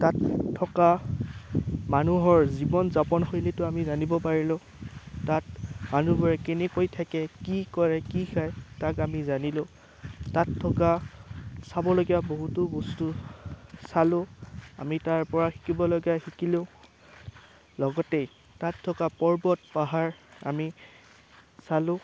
তাত থকা মানুহৰ জীৱন যাপন শৈলীটো আমি জানিব পাৰিলোঁ তাত মানুহবোৰে কেনেকৈ থাকে কি কৰে কি খায় তাক আমি জানিলোঁ তাত থকা চাবলগীয়া বহুতো বস্তু চালোঁ আমি তাৰপৰা শিকিবলগীয়া শিকিলোঁ লগতেই তাত থকা পৰ্বত পাহাৰ আমি চালোঁ